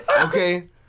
Okay